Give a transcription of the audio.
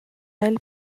elles